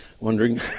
wondering